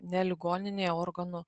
ne ligoninėje organų